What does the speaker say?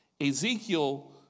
Ezekiel